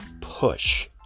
push